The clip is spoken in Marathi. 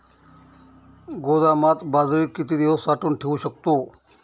गोदामात बाजरी किती दिवस साठवून ठेवू शकतो?